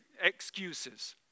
excuses